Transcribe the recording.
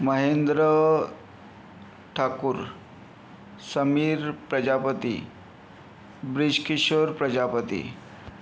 Mahendra Thakur Sameer Prajapati Brijkishor Prajapati